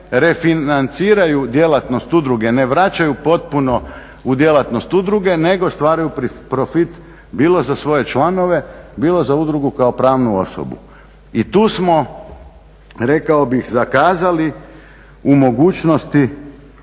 ne refinanciraju djelatnost udruge, ne vraćaju potpuno u djelatnost udruge nego stvaraju profit bilo za svoje članove, bilo za udrugu kao pravnu osobu. I tu smo rekao bih zakazali u mogućnosti